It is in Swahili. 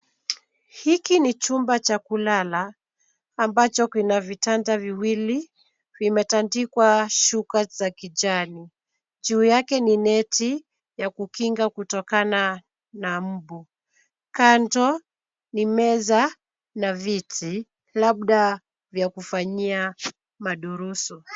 Hiki ni chumba cha kulala, ambacho kina vitanda viwili vimetandikwa shuka za kijani. Juu yake ni neti ya kukinga kutokana na mbu. Kando, ni meza na viti labda vya kufanyia madurusu.